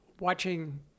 watching